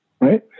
right